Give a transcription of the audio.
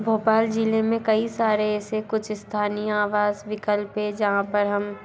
भोपाल ज़िले में कई सारे ऐसे कुछ स्थानीय आवास विकल्प है जहाँ पर हम